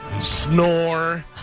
snore